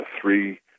three